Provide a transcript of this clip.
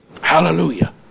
Hallelujah